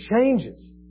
changes